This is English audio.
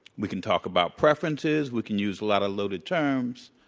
we can talk about preferences. we can use a lot of loaded terms,